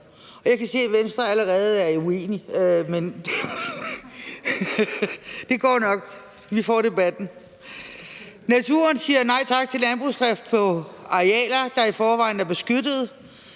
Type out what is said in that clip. og jeg kan se, at Venstre allerede er uenige, men det går nok – vi får debatten. Naturen siger nej tak til landbrugsdrift på arealer, der i forvejen er beskyttede;